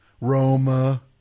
Roma